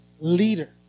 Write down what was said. leader